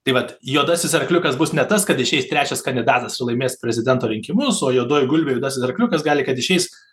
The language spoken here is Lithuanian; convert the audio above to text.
tai vat juodasis arkliukas bus ne tas kad išeis trečias kandidatas ir laimės prezidento rinkimus o juodoji gulbė juodasis arkliukas gali kad išeis